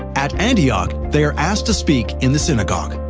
at antioch, they are asked to speak in the synagogue.